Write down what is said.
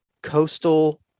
coastal